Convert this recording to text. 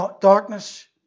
darkness